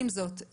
עם זאת,